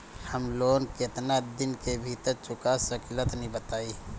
हम लोन केतना दिन के भीतर चुका सकिला तनि बताईं?